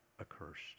accursed